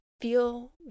feel